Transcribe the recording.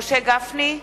משה גפני,